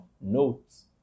notes